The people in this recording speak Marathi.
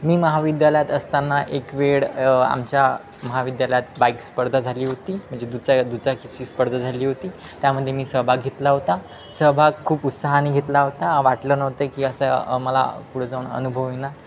मी महाविद्यालयात असताना एक वेळ आमच्या महाविद्यालयात बाईक स्पर्धा झाली होती म्हणजे दुचा दुचाकीची स्पर्धा झाली होती त्यामध्ये मी सहभाग घेतला होता सहभाग खूप उत्साहाने घेतला होता वाटलं नव्हतं की असं मला पुढं जाऊन अनुभव येना